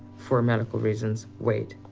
for medical reasons weight.